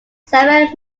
seven